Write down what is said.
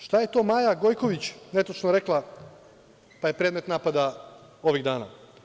Šta je to Maja Gojković netačno rekla pa je predmet napada ovih dana?